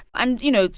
and, you know,